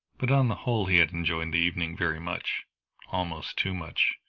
but on the whole he had enjoyed the evening very much almost too much,